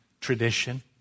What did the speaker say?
tradition